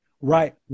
Right